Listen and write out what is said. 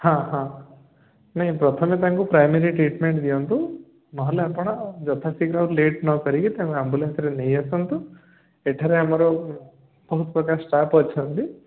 ହଁ ହଁ ନାଇଁ ପ୍ରଥମେ ତାଙ୍କୁ ପ୍ରାଇମେରୀ ଟ୍ରିଟମେଣ୍ଟ୍ ଦିଅନ୍ତୁ ନହେଲେ ଆପଣ ଯଥାଶୀଘ୍ର ଆଉ ଲେଟ୍ ନ କରିକି ତାଙ୍କୁ ଆମ୍ବୁଲାନ୍ସରେ ନେଇ ଆସନ୍ତୁ ଏଠାରେ ଆମର ବହୁତ ପ୍ରକାର ଷ୍ଟାଫ ଅଛନ୍ତି